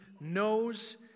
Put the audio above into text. knows